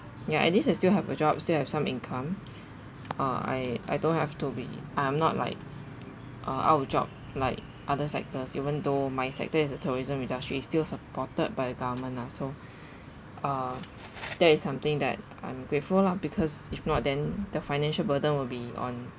ya at least I still have a job still have some income uh I I don't have to be I am not like uh out of job like other sectors even though my sector is a tourism industry still supported by the government ah so uh that is something that I'm grateful lah because if not then the financial burden will be on